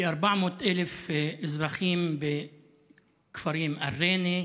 כ-400,000 אזרחים בכפרים ריינה,